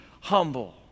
humble